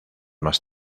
más